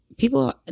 People